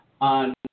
on